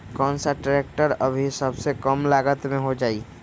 कौन सा ट्रैक्टर अभी सबसे कम लागत में हो जाइ?